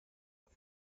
auf